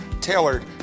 tailored